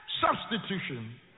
substitution